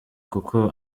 kuko